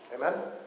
Amen